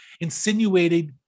insinuated